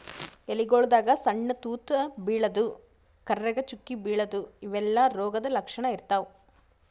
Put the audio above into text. ಎಲಿಗೊಳ್ದಾಗ್ ಸಣ್ಣ್ ತೂತಾ ಬೀಳದು, ಕರ್ರಗ್ ಚುಕ್ಕಿ ಬೀಳದು ಇವೆಲ್ಲಾ ರೋಗದ್ ಲಕ್ಷಣ್ ಇರ್ತವ್